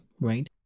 right